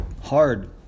hard